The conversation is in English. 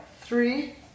three